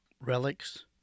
relics